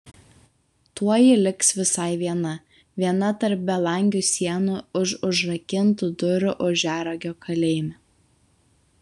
tuoj ji liks visai viena viena tarp belangių sienų už užrakintų durų ožiaragio kalėjime